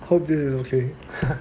hope this is okay